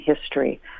history